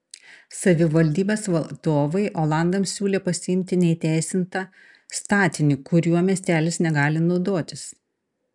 savivaldybės vadovai olandams siūlė pasiimti neįteisintą statinį kuriuo miestelis negali naudotis